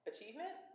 Achievement